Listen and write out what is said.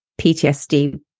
PTSD